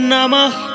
Namah